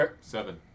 Seven